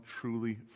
truly